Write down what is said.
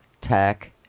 tech